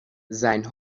sein